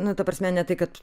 nu ta prasme ne tai kad